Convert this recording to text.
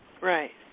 Right